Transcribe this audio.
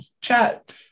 chat